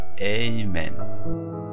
Amen